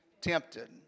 tempted